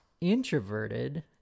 introverted